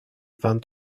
found